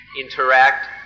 interact